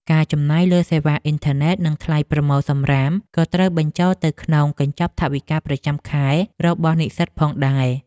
ការចំណាយលើសេវាអ៊ីនធឺណិតនិងថ្លៃប្រមូលសំរាមក៏ត្រូវបញ្ចូលទៅក្នុងកញ្ចប់ថវិកាប្រចាំខែរបស់និស្សិតផងដែរ។